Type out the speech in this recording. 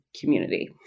community